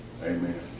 Amen